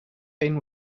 pain